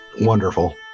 wonderful